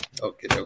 Okay